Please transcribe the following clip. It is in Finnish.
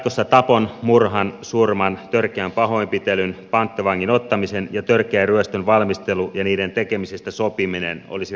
jatkossa tapon murhan surman törkeän pahoinpitelyn panttivangin ottamisen ja törkeän ryöstön valmistelu ja niiden tekemisistä sopiminen olisi rangaistavaa